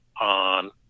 on